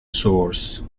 source